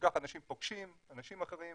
וכך אנשים פוגשים אנשים אחרים